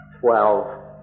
twelve